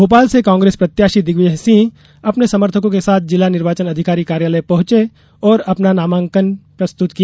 भोपाल से कांग्रेस प्रत्याशी दिग्विजय सिंह अपने समर्थकों के साथ जिला निर्वाचन अधिकारी कार्यालय पहुंचे और अपना नामांकन प्रस्तुत किया